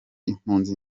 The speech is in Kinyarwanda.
impunzi